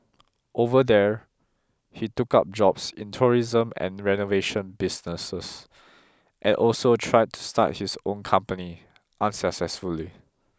over there he took up jobs in tourism and renovation businesses and also tried to start his own company unsuccessfully